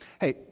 Hey